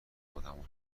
خودمو